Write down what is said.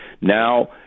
now